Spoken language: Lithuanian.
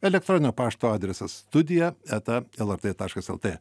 elektroninio pašto adresas studija eta lrt taškas lt